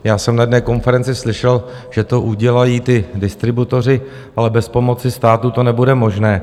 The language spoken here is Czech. Já jsem na jedné konferenci slyšel, že to udělají ti distributoři, ale bez pomoci státu to nebude možné.